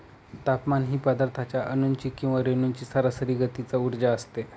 तापमान ही पदार्थाच्या अणूंची किंवा रेणूंची सरासरी गतीचा उर्जा असते